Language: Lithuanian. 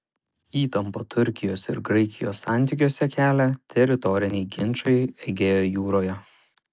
įtampą turkijos ir graikijos santykiuose kelia teritoriniai ginčai egėjo jūroje